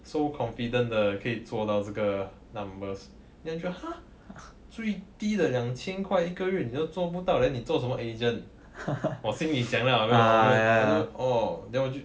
so confident 的可以做到这个 numbers then 就 !huh! 最低的两千块一个月你都就做不到 then 你做什么 agent 我心里想 lah orh then 我就